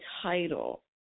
title